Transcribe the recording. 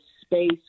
space